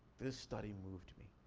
this study moved me.